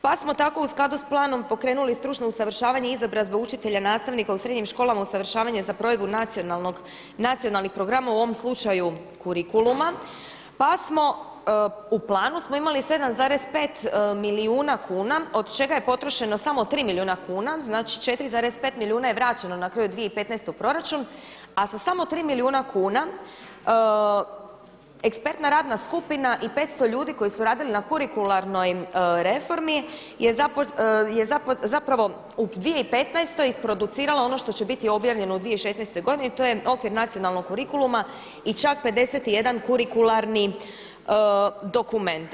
Pa smo tako u skladu sa planom pokrenuli stručno usavršavanje i izobrazbu učenika, nastavnika u srednjim školama, usavršavanje za provedbu nacionalnih programa u ovom slučaju kurikuluma, pa smo u planu smo imali 7,5 milijuna kuna od čega je potrošeno samo 3 milijuna kuna, znači 4,5 milijuna je vraćeno na kraju 2015. proračun, a sa samo 3 milijuna kuna ekspertna radna skupina i 500 ljudi koji su radili na kurikuralnoj reformi je zapravo u 2015. isproduciralo ono što će biti objavljeno u 2016. godini, to je okvir nacionalnog kurikuluma i čak 51 kurikuralni dokument.